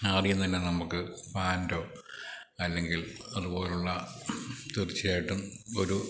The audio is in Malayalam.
ആദ്യം തന്നെ നമുക്ക് പാൻറ്റോ അല്ലെങ്കിൽ അതുപോലുള്ള തീർച്ചയായിട്ടും ഒരു